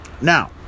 Now